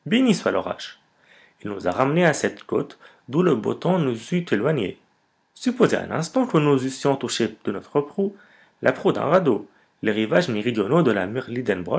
il nous a ramenés à cette côte d'où le beau temps nous eût éloignés supposez un instant que nous eussions touché de notre proue la proue d'un radeau les rivages méridionaux de la